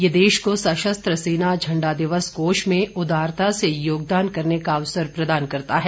यह देश को सशस्त्र सेना झंडा दिवस कोष में उदारता से योगदान करने का अवसर प्रदान करता है